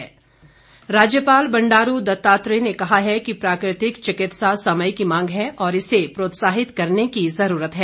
राज्यपाल राज्यपाल बंडारू दत्तात्रेय ने कहा है कि प्राकृतिक चिकित्सा समय की मांग है और इसे प्रोत्साहित करने की जरूरत है